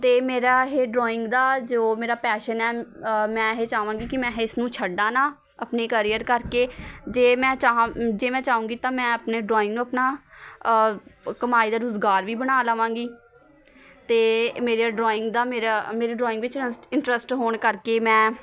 ਅਤੇ ਮੇਰਾ ਇਹ ਡਰੋਇੰਗ ਦਾ ਜੋ ਮੇਰਾ ਪੈਸ਼ਨ ਹੈ ਮੈਂ ਇਹ ਚਾਹਾਂਗੀ ਕਿ ਮੈਂ ਇਸ ਨੂੰ ਛੱਡਾ ਨਾ ਆਪਣੇ ਕਰੀਅਰ ਕਰਕੇ ਜੇ ਮੈਂ ਚਾਹਾਂ ਜੇ ਮੈਂ ਚਾਹੁੰਗੀ ਤਾਂ ਮੈਂ ਆਪਣੇ ਡਰੋਇੰਗ ਨੂੰ ਆਪਣਾ ਕਮਾਈ ਦਾ ਰੁਜ਼ਗਾਰ ਵੀ ਬਣਾ ਲਵਾਂਗੀ ਅਤੇ ਮੇਰਾ ਡਰੋਇੰਗ ਦਾ ਮੇਰਾ ਮੇਰੀ ਡਰੋਇੰਗ ਵਿੱਚ ਇਨਟਰੱਸਟ ਹੋਣ ਕਰਕੇ ਮੈਂ